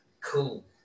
Cool